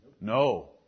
No